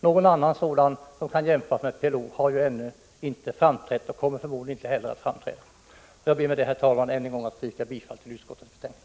Någon annan organisation, som kan jämföras med PLO, har ju ännu inte framträtt och kommer förmodligen inte heller att framträda. Herr talman! Med detta ber jag än en gång att få yrka bifall till utskottets hemställan.